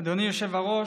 אדוני היושב-ראש,